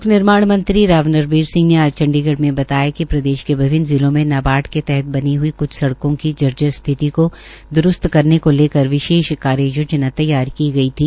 लोक निर्माण राव नरबीर सिंह ने आज चंडीगढ़ में बताया कि प्रदेश के विभन्न जिलों में नाबार्ड के तहत बनी हुई कुछ सड़कों की जर्जर स्थिति को दुरूस्त करने को लेकर विशेष कार्ययोजा तैयार की गई थी